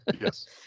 yes